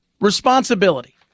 Responsibility